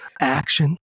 action